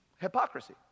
Hypocrisy